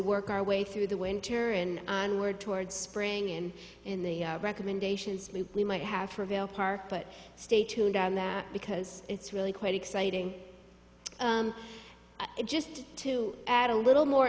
work our way through the winter and word towards spring in in the recommendations we might have for vail park but stay tuned on that because it's really quite exciting just to add a little more